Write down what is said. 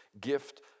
gift